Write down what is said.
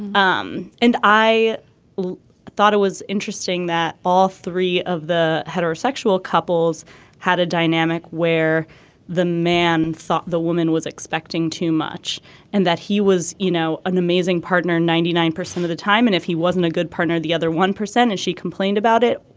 um and i thought it was interesting that all three of the heterosexual couples had a dynamic where the man thought the woman was expecting too much and that he was you know an amazing partner ninety nine percent of the time and if he wasn't a good partner the other one percent and she complained about it.